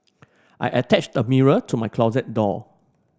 I attached a mirror to my closet door